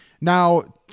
Now